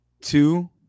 two